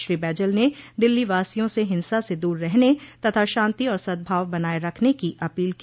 श्री बैजल ने दिल्ली वासियों से हिंसा से दूर रहने तथा शांति और सदभाव बनाए रखने की अपील की